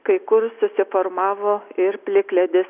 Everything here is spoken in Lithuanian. kai kur susiformavo ir plikledis